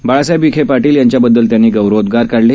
बाळासाहेब विखे पाटील यांच्याबददल त्यांनी गौरवोदगार काढले